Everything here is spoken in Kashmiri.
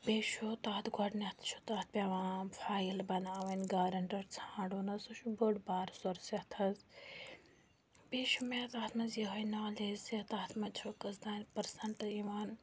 بیٚیہِ چھُ تَتھ گۄڈٕنٮ۪تھ چھُ تَتھ پٮ۪وان فایِل بَناوٕنۍ گارَنٹَر ژھانٛڈُن حظ سُہ چھُ بٔڑ بار سۄرسٮ۪تھ حظ بیٚیہِ چھُ مےٚ تَتھ منٛز یِہوٚے نالیج زِ تَتھ منٛز چھُ کٔژ تام پٔرسَنٛٹ یِوان